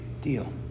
deal